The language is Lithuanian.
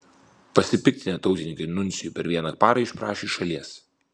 pasipiktinę tautininkai nuncijų per vieną parą išprašė iš šalies